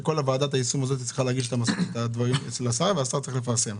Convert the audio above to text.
ועדת היישום צריכה להגיש את ההמלצה לשר והשר צריך לפרסם.